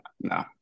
No